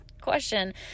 question